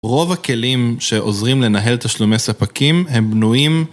רוב הכלים שעוזרים לנהל תשלומי ספקים הם בנויים.